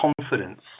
confidence